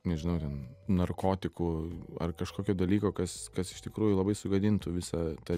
nežinau ten narkotikų ar kažkokio dalyko kas kas iš tikrųjų labai sugadintų visą tą